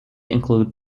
include